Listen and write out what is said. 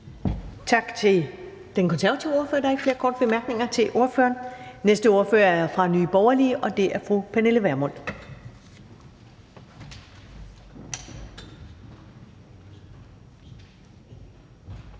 Tak til den konservative ordfører. Der er ikke flere korte bemærkninger til ordføreren. Næste ordfører er fra Nye Borgerlige, og det er fru Pernille Vermund.